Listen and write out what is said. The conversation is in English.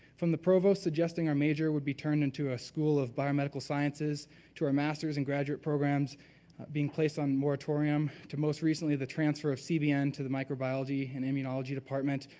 from the provost suggesting our major would be turned into a school of biomedical sciences to our master's and graduate programs being placed on moratorium to most recently the transfer of cbn to the microbiology and immunology department,